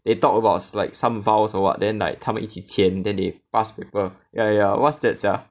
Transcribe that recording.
they talk about like some vows or what then like 他们一起签 then they pass paper ya ya what's that sia